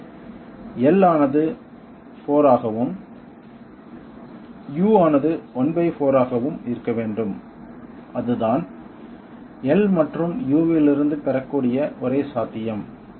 எனவே L ஆனது 4 ஆகவும் U ஆனது ¼ ஆகவும் இருக்க வேண்டும் அதுதான் L மற்றும் U இலிருந்து பெறக்கூடிய ஒரே சாத்தியம்